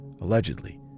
allegedly